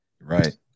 Right